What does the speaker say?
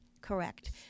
correct